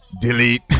delete